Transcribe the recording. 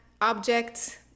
objects